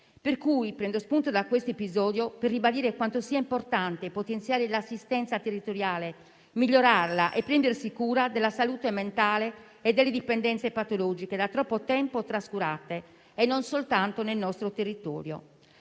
Prendo dunque spunto da questo episodio per ribadire quanto sia importante potenziare l'assistenza territoriale, migliorarla e prendersi cura della salute mentale e delle dipendenze patologiche da troppo tempo trascurate, e non soltanto nel nostro territorio.